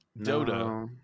dota